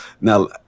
Now